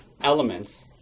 elements